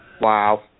Wow